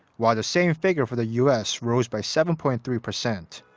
while the same figure for the u s. rose by seven point three percent.